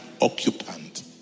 occupant